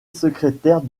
secrétaire